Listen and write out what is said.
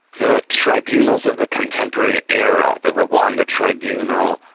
the tribunals of the contemporary era, the rwanda tribunal,